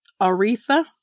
Aretha